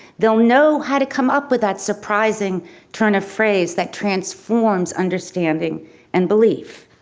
they'll know how to come up with that surprising turn of phrase that transforms understanding and belief.